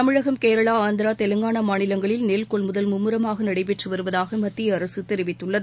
தமிழகம் கேரளா ஆந்திரா தெலங்கானா மாநிலங்களில் நெல் கொள்முதல் மும்முரமாக நடைபெற்று வருவதாக மத்திய அரசு தெரிவித்துள்ளது